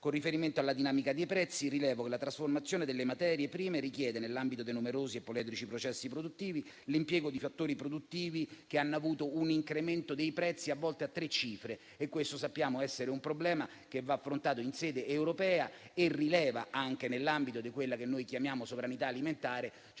Con riferimento alla dinamica dei prezzi rilevo che la trasformazione delle materie prime richiede, nell'ambito dei numerosi e poliedrici processi produttivi, l'impiego di fattori produttivi che hanno avuto un incremento dei prezzi a volte a tre cifre; sappiamo che questo problema va affrontato in sede europea e che rileva anche nell'ambito di quella che noi chiamiamo sovranità alimentare, cioè